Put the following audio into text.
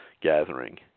gathering